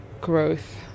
growth